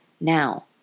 now